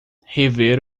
rever